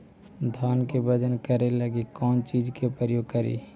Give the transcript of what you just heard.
धान के बजन करे लगी कौन चिज के प्रयोग करि?